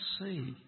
see